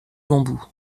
bambous